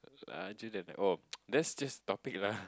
ah actually oh that's just topic lah